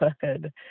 good